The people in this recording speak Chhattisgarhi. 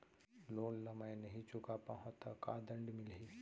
लोन ला मैं नही चुका पाहव त का दण्ड मिलही?